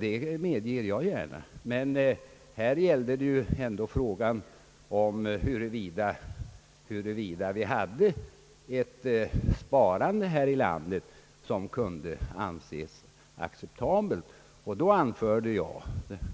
Det medger jag gärna, men här gällde det frågan om huruvida vi hade ett sparande här i landet som kunde anses acceptabelt, I detta sammanhang